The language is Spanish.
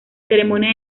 ceremonia